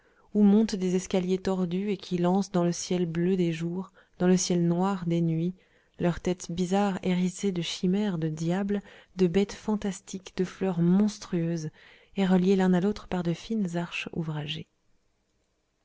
où montent des escaliers tordus et qui lancent dans le ciel bleu des jours dans le ciel noir des nuits leurs têtes bizarres hérissées de chimères de diables de bêtes fantastiques de fleurs monstrueuses et reliés l'un à l'autre par de fines arches ouvragées